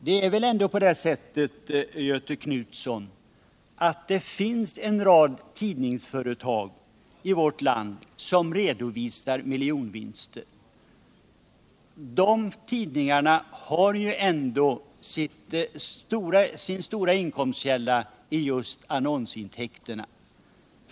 Det är väl ändå på det sättet, Göthe Knutson, att det finns en rad tidningsföretag i vårt land som redovisar miljonvinster. Dessa tidningar har dock som största inkomstkälla just annonsintäkterna.